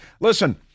Listen